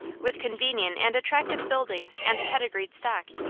with convenient and attractive buildings and pedigreed stock,